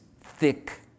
thick